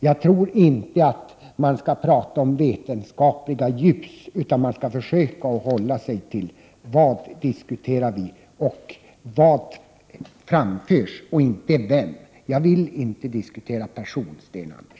Jag tror inte att man skall prata om vetenskapliga ljus, utan man skall försöka hålla sig till vad vi diskuterar och vad som framförs och inte av vem. Jag vill inte diskutera person, Sten Andersson.